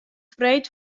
freed